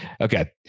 okay